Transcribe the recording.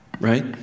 right